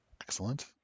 Excellent